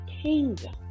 kingdom